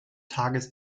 tages